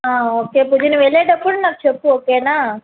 okay ఇప్పుడు నేను వెళ్ళేటప్పుడు నాకు చెప్పు ఓకేనా